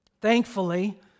Thankfully